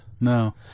No